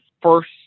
First